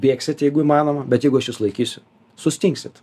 bėgsit jeigu įmanoma bet jeigu aš jus laikysiu sustingsit